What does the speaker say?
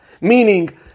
Meaning